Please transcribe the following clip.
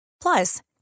Plus